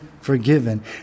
forgiven